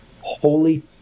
holy